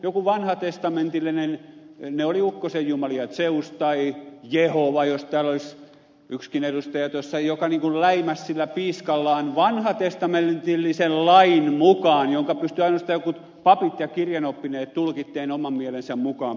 se oli niin kuin joku ukkosenjumala zeus tai vanhatestamentillinen jehova jos täällä olisi yksikin edustaja joka läimäsi sillä piiskallaan vanhatestamentillisen lain mukaan jonka pystyivät ainoastaan jotkut papit ja kirjanoppineet tulkitsemaan oman mielensä mukaan poliittisesti